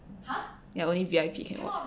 ya only V_I_P can